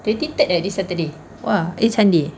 they detect eh this saturday !wow! it's handy